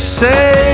say